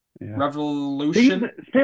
Revolution